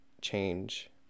change